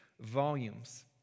volumes